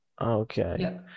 okay